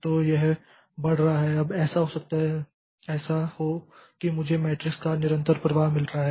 तो यह बढ़ रहा है अब ऐसा हो सकता है ऐसा हो कि मुझे मैट्रिक्स का निरंतर प्रवाह मिला है